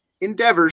Endeavors